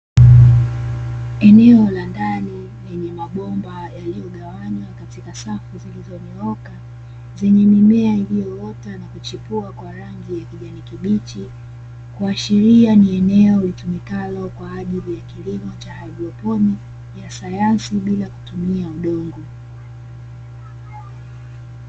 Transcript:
Eneo la ndani lenye mabomba yaliyogawanywa katika safu zilizonyooka, zenye mimea iliyoota na kuchipua kwa rangi ya kijani kibichi, kuashiria ni eneo litumikalo kwa ajili ya kilimo cha haidroponi ya sayansi bila kutumia udongo.